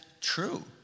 true